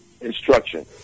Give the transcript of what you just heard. instruction